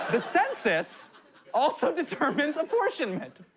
the census also determines apportionment.